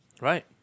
right